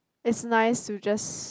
it's nice to just